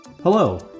Hello